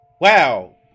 wow